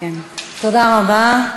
תודה רבה.